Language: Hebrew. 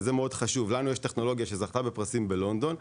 לנו יש טכנולוגיה שזכתה בפרסים בלונדון;